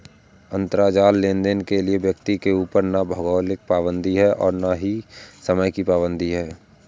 अंतराजाल लेनदेन के लिए व्यक्ति के ऊपर ना भौगोलिक पाबंदी है और ना ही समय की पाबंदी है